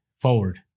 forward